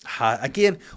Again